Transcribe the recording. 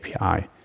API